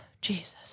Jesus